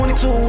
22